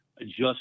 adjust